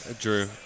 Drew